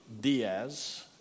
Diaz